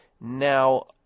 Now